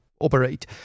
operate